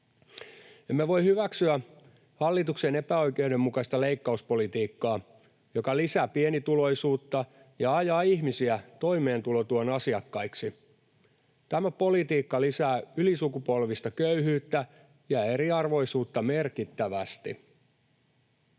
Emme voi hyväksyä hallituksen epäoikeudenmukaista leikkauspolitiikkaa, joka lisää pienituloisuutta ja ajaa ihmisiä toimeentulotuen asiakkaiksi. Tämä politiikka lisää ylisukupolvista köyhyyttä ja eriarvoisuutta merkittävästi.